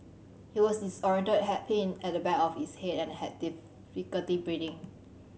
he was disorientated had pain at the back of his head and had difficulty breathing